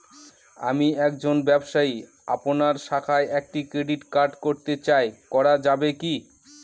আমি একজন ব্যবসায়ী আপনার শাখায় একটি ক্রেডিট কার্ড করতে চাই করা যাবে কি?